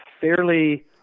fairly